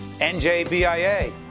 NJBIA